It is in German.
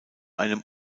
einem